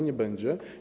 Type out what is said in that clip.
Nie będzie.